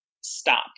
stop